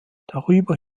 darüber